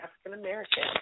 African-American